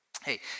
Hey